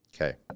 Okay